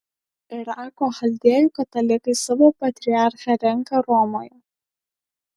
irako chaldėjų katalikai savo patriarchą renka romoje